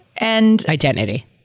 identity